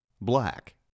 black